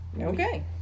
Okay